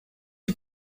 you